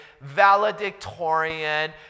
valedictorian